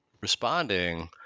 responding